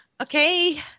Okay